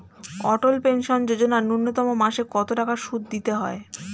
অটল pension Yojana ন্যূনতম মাসে কত টাকা সুধ দিতে হয়?